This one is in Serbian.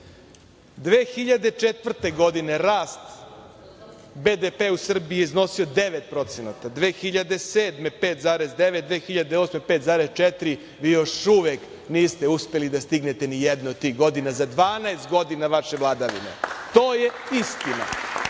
2004. rast BDP-a u Srbiji je iznosio 9%, 2007. godine 5,9%, 2008. godine 5,4% i još uvek niste uspeli da stignete nijednu od tih godina, za 12 godina vaše vladavine. To je istina